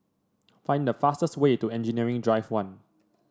find the fastest way to Engineering Drive One